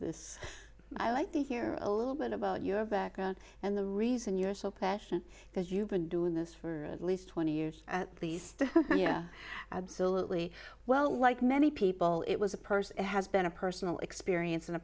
this i like to hear a little bit about your background and the reason you're so passionate because you've been doing this for at least twenty years at least yeah absolutely well like many people it was a person has been a personal experience and a